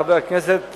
חבר הכנסת לשעבר,